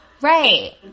Right